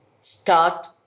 start